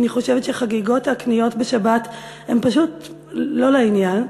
אני חושבת שחגיגות הקניות בשבת הן פשוט לא לעניין.